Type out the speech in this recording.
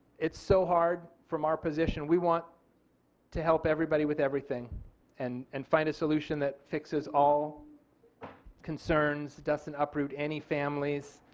it is so hard from our position we want to help everybody with everything and and find a solution that fixes all concerns, doesn't uproot any families,